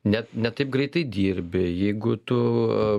net ne taip greitai dirbi jeigu tu